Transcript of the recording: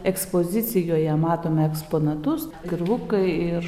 ekspozicijoje matome eksponatus kirvukai ir